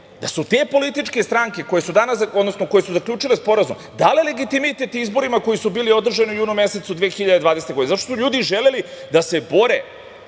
da su te političke stranke, koje su zaključile sporazum, dali legitimitet izborima koji su bili održani u junu mesecu 2020. godine zato što su ljudi želeli da se bore,